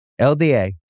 LDA